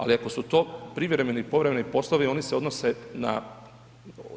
Ali ako su to privremeni ili povremeni poslovi oni se odnose na,